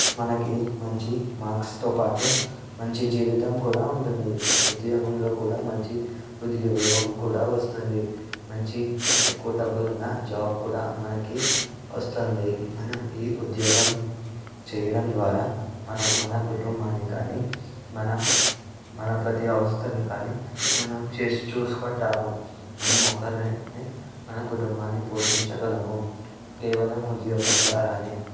మనకు మంచి మార్క్స్తో పాటు మంచి జీవితం కూడా ఉంటుంది ఉద్యోగంలో కూడా మంచి ఉద్యోగం కూడా వస్తుంది మంచి ఎక్కువ డబ్బులు ఉన్నా జాబ్ కూడా మనకి వస్తుంది మనం ఈ ఉద్యోగం చేయడం ద్వారా మనం మన కుటుంబాన్ని కానీ మన మన ప్రతి అవసరతను కానీ మనం చేసి చూసుకుంటాము మనం ఒకరమే మన కుటుంబాన్ని పోషించగలము కేవలం ఉద్యోగం ద్వారానే